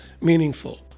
meaningful